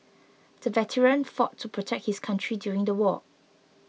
the veteran fought to protect his country during the war